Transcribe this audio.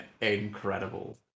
incredible